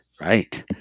right